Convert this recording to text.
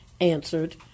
answered